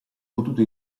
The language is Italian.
potuto